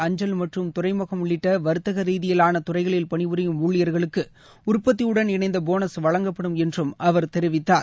அஞ்சல் மற்றும் துறைமுகம் உள்ளிட்ட வர்த்தக ரீதியிலாள துறைகளில் பணிபுரியும் ஊழியர்களுக்கு உற்பத்தியுடன் இணைந்த போனஸ் வழங்கப்படும் என்றும் அவர் தெரிவித்தார்